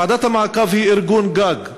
ועדת המעקב היא ארגון גג,